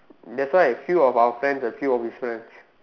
that's why few of our friends and few of his friends